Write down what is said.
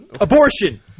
Abortion